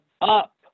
up